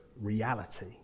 reality